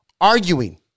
Arguing